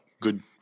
good